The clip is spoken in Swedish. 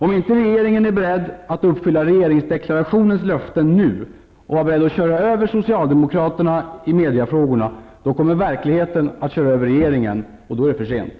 Om regeringen inte är beredd att nu uppfylla regeringsdeklarationens löften och är beredd att köra över socialdemokraterna i mediefrågorna, kommer verkligheten att köra över regeringen, och då är det för sent.